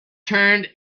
turned